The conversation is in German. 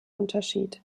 unterschied